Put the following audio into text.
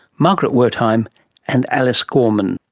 margaret wertheim and alice gorman.